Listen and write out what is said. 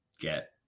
get